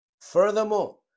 Furthermore